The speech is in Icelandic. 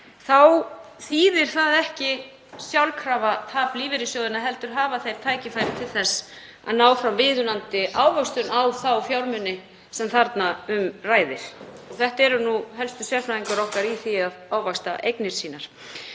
þýðir það ekki sjálfkrafa tap lífeyrissjóðanna heldur hafa þeir tækifæri til þess að ná fram viðunandi ávöxtun á þá fjármuni sem þarna um ræðir. Þetta eru nú helstu sérfræðingar okkar í því að ávaxta eignir sínar.